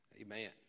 Amen